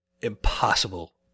impossible